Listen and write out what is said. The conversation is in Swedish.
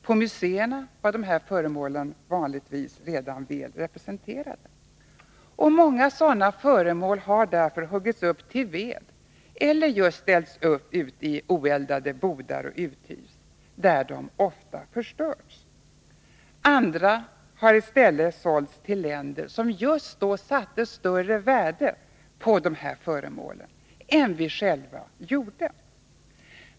På museerna var sådana föremål vanligtvis redan väl representerade. Många sådana föremål har därför huggits upp till ved eller ställts upp i oeldade bodar och uthus, där de ofta förstörts. Andra har i stället sålts till länder som just då satte större värde på de här föremålen än vi själva gjorde.